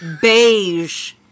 beige